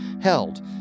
held